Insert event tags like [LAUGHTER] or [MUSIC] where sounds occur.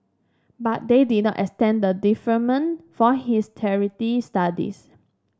but they did not extend the deferment for his [UNINTELLIGIBLE] studies